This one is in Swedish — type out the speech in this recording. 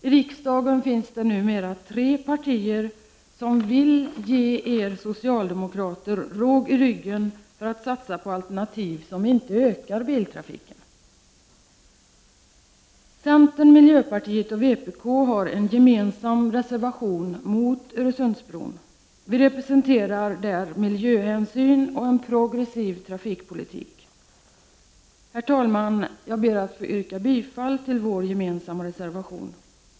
I riksdagen finns det numera tre partier som vill ge er socialdemokrater råg i ryggen för att satsa på alternativ som inte ökar biltrafiken. Centern, miljöpartiet och vpk har en gemensam reservation mot Öresundsbron. Vi representerar miljöhänsyn och en progressiv trafikpolitik, och jag yrkar bifall till vår gemensamma reservation.